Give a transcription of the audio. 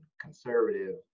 conservative